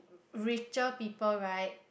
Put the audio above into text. richer people right